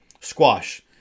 Squash